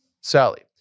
Sally